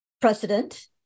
precedent